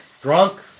drunk